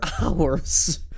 hours